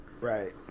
Right